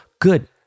Good